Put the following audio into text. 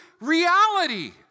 reality